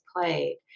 played